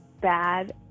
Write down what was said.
bad